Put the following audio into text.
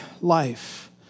life